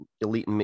elite